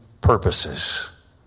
purposes